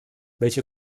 welche